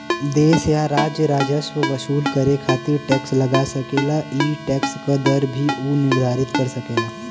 देश या राज्य राजस्व वसूल करे खातिर टैक्स लगा सकेला ई टैक्स क दर भी उ निर्धारित कर सकेला